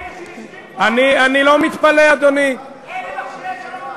אלה שיושבים פה, אלה מכשילי שלום.